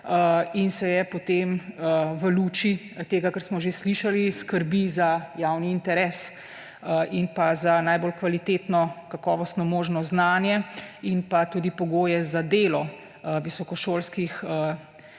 in se je potem v luči tega, kar smo že slišali, skrbi za javni interes in za najbolj kvalitetno, kakovostno možno znanje in tudi pogoje za delo visokošolskih